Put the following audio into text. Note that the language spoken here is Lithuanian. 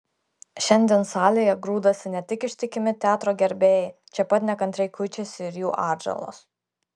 šiandien salėje grūdasi ne tik ištikimi teatro gerbėjai čia pat nekantriai kuičiasi ir jų atžalos